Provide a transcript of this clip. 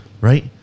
Right